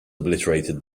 obliterated